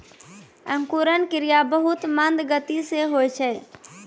अंकुरन क्रिया बहुत मंद गति सँ होय छै